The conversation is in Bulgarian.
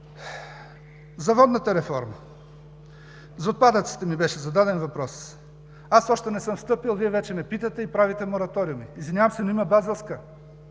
За водната реформа, за отпадъците ми беше зададен въпрос. Аз още не съм встъпил, Вие вече ме питате и правите мораториуми. Извинявам се, но има Базелска